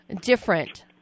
different